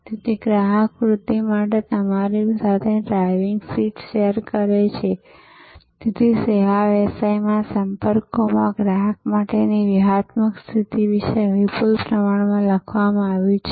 તેથી ગ્રાહક વૃદ્ધિ માટે તમારી સાથે ડ્રાઇવિંગ સીટ શેર કરે છે તેથી સેવા વ્યવસાયના સંપર્કોમાં ગ્રાહક માટેની વ્યૂહાત્મક સ્થિતિ વિશે વિપુલ પ્રમાણમાં લખવામાં આવ્યું છે